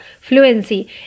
fluency